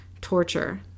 torture